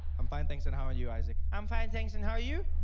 am fine thanks and how are you? i like am fine thanks and how are you?